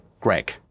greg